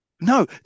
No